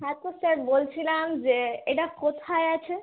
আচ্ছা স্যার বলছিলাম যে এটা কোথায় আছে